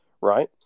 right